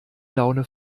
laune